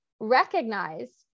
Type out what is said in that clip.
recognize